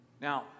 Now